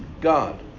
God